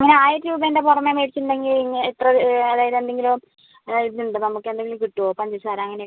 നമ്മൾ ആയിരം രൂപേൻ്റെ പുറമേ മേടിച്ചിട്ടുണ്ടെങ്കിൽ ഇത്ര അതായത് എന്തെങ്കിലും ഇതുണ്ടോ നമുക്ക് എന്തെങ്കിലും കിട്ടുമോ പഞ്ചസാര അങ്ങനെ ഒക്കെ